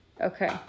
Okay